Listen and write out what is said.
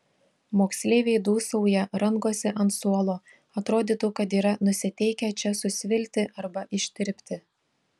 moksleiviai dūsauja rangosi ant suolo atrodytų kad yra nusiteikę čia susvilti arba ištirpti